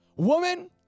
Woman